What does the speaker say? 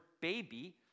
baby